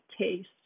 taste